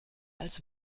als